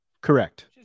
Correct